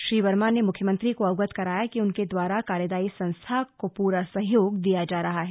श्री वर्मा ने मुख्यमंत्री को अवगत कराया कि उनके द्वारा कार्यदायी संस्था को पूरा सहयोग दिया जा रहा है